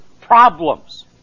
problems